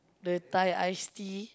the Thai iced tea